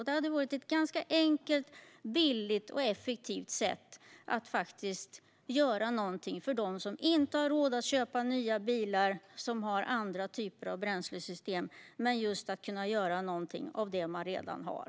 Det skulle vara ett ganska enkelt, billigt och effektivt sätt att faktiskt göra någonting för dem som inte har råd att köpa nya bilar, som har andra typer av bränslesystem, och som vill kunna göra någonting av det de redan har.